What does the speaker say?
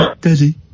Daddy